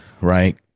right